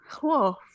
Whoa